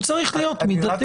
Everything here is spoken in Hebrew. הוא צריך להיות מידתי,